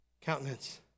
countenance